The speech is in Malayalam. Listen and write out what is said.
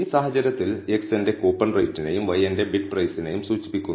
ഈ സാഹചര്യത്തിൽ x എന്റെ കൂപ്പൺ റേറ്റിനെയും y എന്റെ ബിഡ് പ്രൈസിനെയും സൂചിപ്പിക്കുന്നു